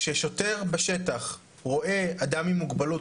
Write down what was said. כששוטר בשטח רואה אדם עם מוגבלות,